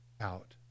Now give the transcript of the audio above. out